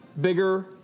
Bigger